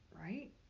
right